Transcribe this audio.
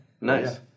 Nice